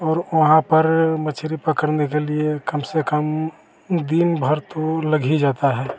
और वहाँ पर मछली पकड़ने में कम से कम दिनभर तो लग ही जाता है